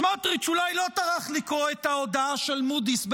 סמוטריץ' אולי לא טרח לקרוא את ההודעה של מודי'ס,